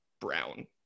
brown